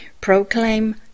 Proclaim